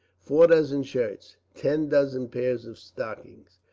four dozen shirts, ten dozen pairs of stockings,